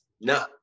no